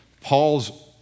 Paul's